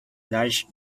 large